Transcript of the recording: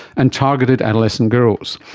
and targeted adolescent girls.